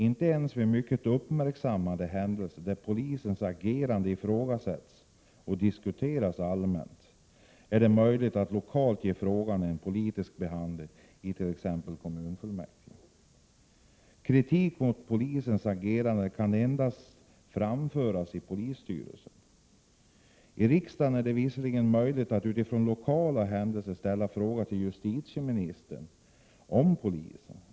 Inte ens vid mycket uppmärksammade händelser, där polisens agerande ifrågasätts och diskuteras allmänt, är det möjligt att lokalt ge frågan en politisk behandling i t.ex. kommunfullmäktige. Kritik mot polisens agerande kan framföras endast i polisstyrelsen. I riksdagen är det visserligen möjligt att utifrån lokala händelser ställa frågor till justitieministern om polisen.